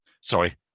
Sorry